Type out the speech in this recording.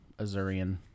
Azurian